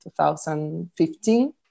2015